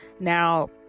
Now